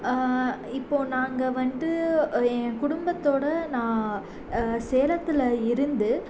இப்போது நாங்கள் வந்து என் குடும்பத்தோடு நான் சேலத்தில் இருந்து